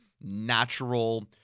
natural